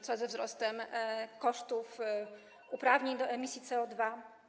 Co ze wzrostem kosztów uprawnień do emisji CO2?